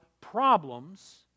problems